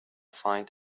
find